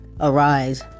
arise